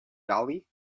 dolly